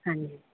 ਹਾਂਜੀ